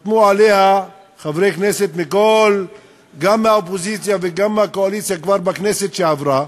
חתמו עליה חברי כנסת גם מהאופוזיציה וגם מהקואליציה כבר בכנסת שעברה.